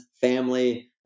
family